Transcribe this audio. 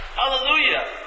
Hallelujah